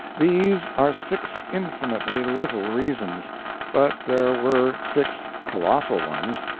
these are six infinitely little reasons but there were six colossal ones,